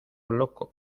loco